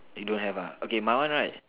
you don't have ah okay my one right